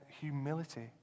humility